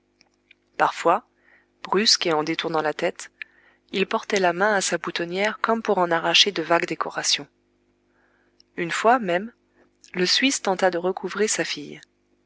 parfois brusque et en détournant la tête il portait la main à sa boutonnière comme pour en arracher de vagues décorations une fois même le suisse tenta de recouvrer sa fille